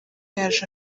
yaje